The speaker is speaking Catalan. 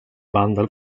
bàndol